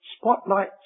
Spotlight